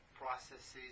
Processes